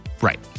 Right